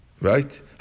right